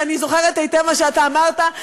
ואני זוכרת היטב מה שאתה אמרת,